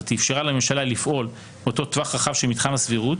אפשרה לממשלה לפעול באותו טווח רחב של מתחם הסבירות,